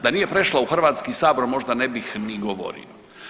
Da nije prešla u Hrvatski sabor možda ne bih ni govorio.